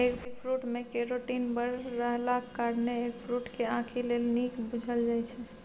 eggfruit मे carotene बड़ रहलाक कारणेँ एगफ्रुट केँ आंखि लेल नीक बुझल जाइ छै